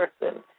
person